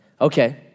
Okay